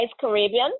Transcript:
Caribbean